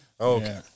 Okay